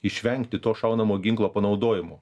išvengti to šaunamo ginklo panaudojimo